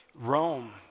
Rome